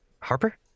Harper